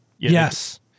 yes